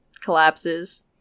collapses